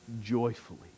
joyfully